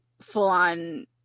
full-on